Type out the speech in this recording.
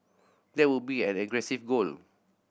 that would be an aggressive goal